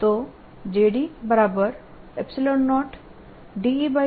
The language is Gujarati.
તો JD0EtIA થશે